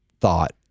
thought